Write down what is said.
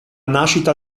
nascita